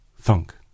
thunk